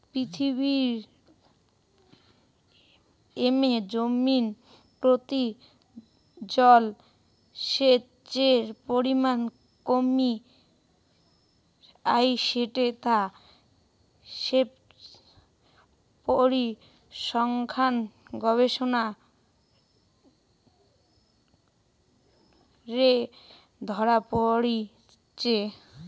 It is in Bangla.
পৃথিবীরে ক্রমে জমিনপ্রতি জলসেচের পরিমান কমি আইসেঠে তা সেচ পরিসংখ্যান গবেষণারে ধরা পড়িচে